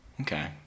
Okay